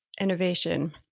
innovation